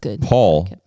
Paul